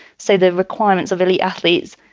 so the requirements are really athletes.